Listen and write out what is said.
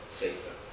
safer